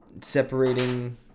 Separating